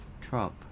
Trump